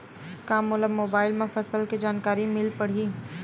का मोला मोबाइल म फसल के जानकारी मिल पढ़ही?